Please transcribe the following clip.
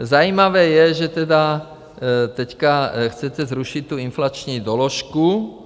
Zajímavé je, že tedy teď chcete zrušit tu inflační doložku.